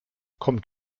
kommt